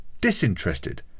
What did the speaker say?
disinterested